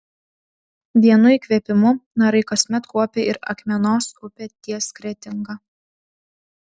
vienu įkvėpimu narai kasmet kuopia ir akmenos upę ties kretinga